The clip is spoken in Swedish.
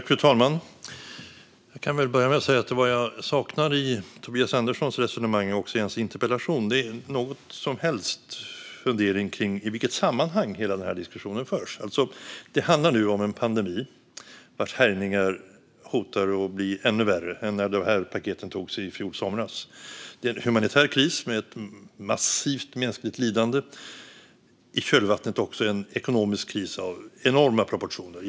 Fru talman! Jag kan väl börja med att säga att vad jag saknar i Tobias Anderssons resonemang och också i hans interpellation är någon som helst fundering kring i vilket sammanhang hela denna diskussion förs. Det handlar nu om en pandemi vars härjningar hotar att bli ännu värre än de var när paketen antogs i fjol somras. Det är en humanitär kris med ett massivt mänskligt lidande. I kölvattnet är det också en ekonomisk kris av enorma proportioner.